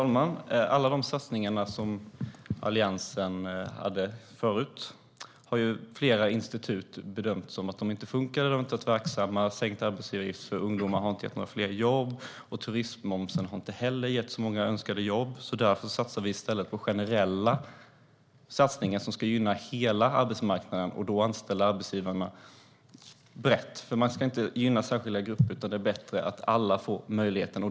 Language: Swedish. Herr talman! Flera institut har bedömt att de satsningar som Alliansen hade förut inte funkar. Sänkt arbetsgivaravgift för ungdomar har inte gett några fler jobb, och turismmomsen har inte heller gett så många önskade jobb. Därför satsar vi i stället på generella åtgärder som ska gynna hela arbetsmarknaden. Då anställer arbetsgivarna brett. Man ska inte gynna särskilda grupper, utan det är bättre att alla får möjligheter.